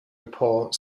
report